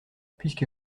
puisque